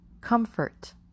comfort